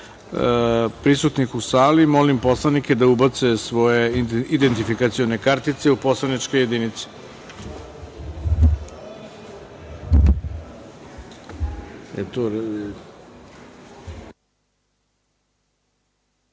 prisutnih u sali, molim poslanika da ubace svoje identifikacione kartice u poslaničke